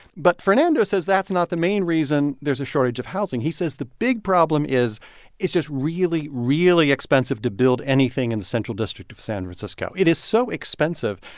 but fernando says that's not the main reason there's a shortage of housing. he says, the big problem is it's just really, really, really expensive to build anything in the central district of san francisco. it is so expensive,